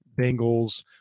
Bengals